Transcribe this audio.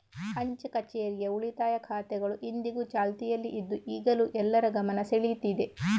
ಅಂಚೆ ಕಛೇರಿಯ ಉಳಿತಾಯ ಖಾತೆಗಳು ಇಂದಿಗೂ ಚಾಲ್ತಿಯಲ್ಲಿ ಇದ್ದು ಈಗಲೂ ಎಲ್ಲರ ಗಮನ ಸೆಳೀತಿದೆ